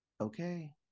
okay